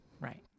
Right